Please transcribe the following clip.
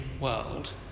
world